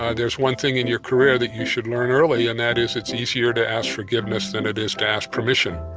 there's one thing in your career that you should learn early and that is, it's easier to ask forgiveness than it is to ask permission'.